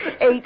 eight